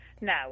No